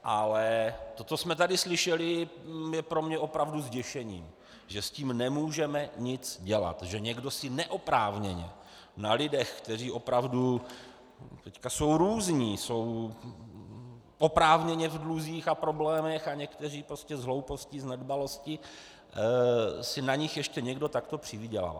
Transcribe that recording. Ale to, co jsme tady slyšeli, je pro mě opravdu zděšením, že s tím nemůžeme nic dělat, že někdo si neoprávněně na lidech, kteří opravdu teď jsou různí, jsou oprávněně v dluzích a problémech a někteří prostě z hlouposti, z nedbalosti, si na nich ještě někdo takto přivydělává.